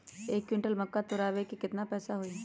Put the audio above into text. एक क्विंटल मक्का तुरावे के केतना पैसा होई?